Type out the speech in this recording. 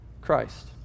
Christ